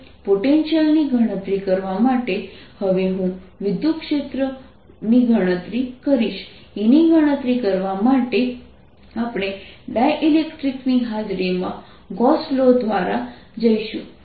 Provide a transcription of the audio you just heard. પોટેન્ટિઅલની ગણતરી કરવા માટે હવે હું વિદ્યુતક્ષેત્રની ગણતરી કરીશ E ની ગણતરી કરવા માટે આપણે ડાઇલેક્ટ્રિક ની હાજરીમાં ગોસ લૉ દ્વારા જઈશું જે